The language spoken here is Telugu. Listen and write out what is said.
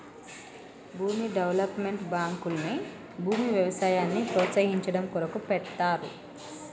భూమి డెవలప్మెంట్ బాంకుల్ని భూమి వ్యవసాయాన్ని ప్రోస్తయించడం కొరకు పెడ్తారు